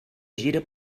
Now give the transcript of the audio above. gira